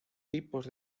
tipos